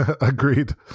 Agreed